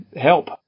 help